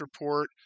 report